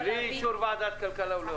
בלי אישור ועדת הכלכלה הוא לא יכול.